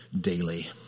daily